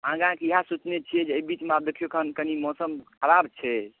आगाँ के इएह सोचने छिऐ जे अइ बीचमे आब देखिऔ एखन कनी मौसम खराब छै